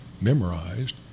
memorized